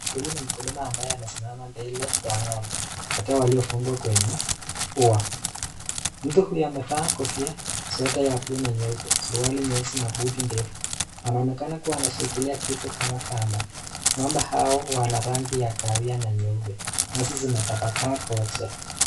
Huyu ni mkulima ambaye amesimama mbele ya ng'ombe kati ya waliofungwa kwenye ua. Mtu huyu amevaa kofia, sweater ya blue na nyeupe, suruali nyeusi na buti ndefu. Anaonekana kuwa anashikilia kitu kama kamba. Ng'ombe hao wana rangi ya kawia na nyeupe. Nyasi zimetapakaa kote.